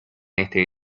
este